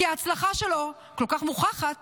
כי ההצלחה שלו כל כך מוכחת